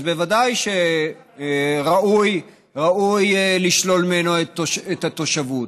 אז בוודאי שראוי לשלול ממנו את התושבות.